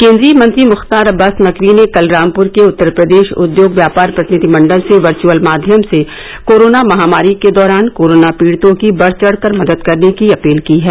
केन्द्रीय मंत्री मुख्तार अब्बास नकवी ने कल रामपुर के उत्तर प्रदेश उद्योग व्यापार प्रतिनिधि मंडल से वर्चअल माध्यम से कोरोना महामारी के दौरान कोराना पीड़ितों की बढ़ चढ़ कर मदद करने की अपील की है